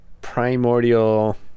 primordial